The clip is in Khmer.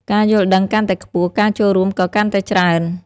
ការយល់ដឹងកាន់តែខ្ពស់ ការចូលរួមក៏កាន់តែច្រើន។